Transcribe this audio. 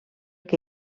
que